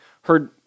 heard